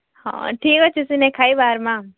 ହଁ ଠିକ୍ ଅଛେ ସିନେ ଖାଇ ବାହାର୍ମା